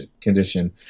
condition